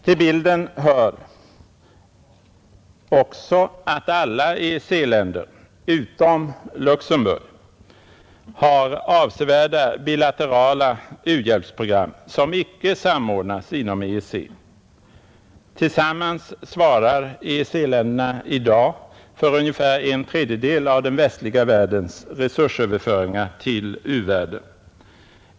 Till bilden hör också att alla EEC-länder, utom Luxemburg, har avsevärda bilaterala u-hjälpsprogram, som icke samordnas inom EEC. Tillsammans svarar EEC-länderna i dag för ungefär en tredjedel av den västliga världens resursöverföringar till u-världen.